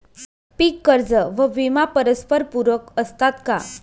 पीक कर्ज व विमा परस्परपूरक असतात का?